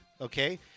Okay